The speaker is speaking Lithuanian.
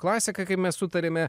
klasika kaip mes sutarėme